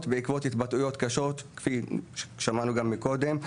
בעקבות התבטאויות קשות כפי ששמענו גם מקודם,